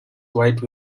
white